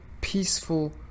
peaceful